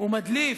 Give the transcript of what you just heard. הוא מדליף.